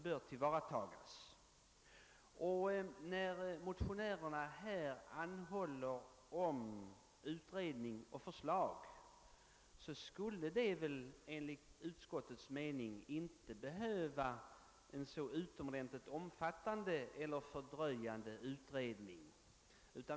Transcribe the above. När utskottet i likhet med motionärerna anhåller om utredning och för slag, utgår vi ifrån att det inte behövs någon så utomordentligt omfattande och fördröjande utredning.